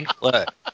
Look